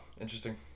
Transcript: Interesting